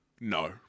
No